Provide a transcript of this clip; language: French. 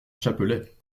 chapelet